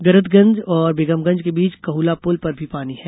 गैरतगंज और बेगमगंज के बीच कहुलापुल पर भी पानी है